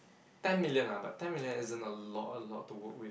ten million ah but ten million isn't a lot a lot to work with